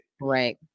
Right